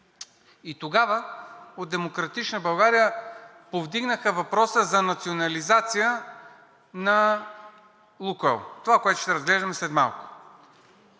и тогава от „Демократична България“ повдигнаха въпроса за национализация на „Лукойл“ – това, което ще разглеждаме след малко.